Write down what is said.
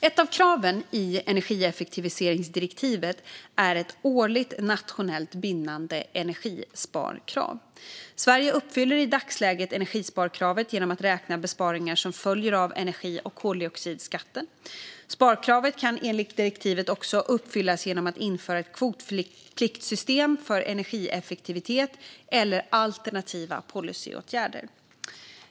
Ett av kraven i energieffektiviseringsdirektivet är ett årligt nationellt bindande energisparkrav. Sverige uppfyller i dagsläget energisparkravet genom att räkna besparingar som följer av energi och koldioxidskatten. Sparkravet kan enligt direktivet också uppfyllas genom att införa ett kvotpliktssystem för energieffektivitet eller alternativa policyåtgärder.